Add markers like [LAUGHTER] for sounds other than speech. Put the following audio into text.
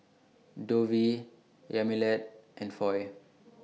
Dovie Yamilet and Foy [NOISE]